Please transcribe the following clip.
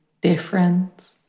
different